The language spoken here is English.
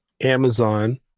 Amazon